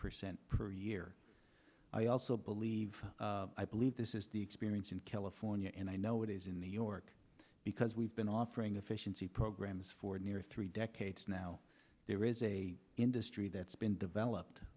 percent per year i also believe i believe this is the experience in california and i know it is in the york because we've been offering efficiency programs for nearly three decades now there is a industry that's been developed